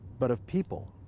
but of people.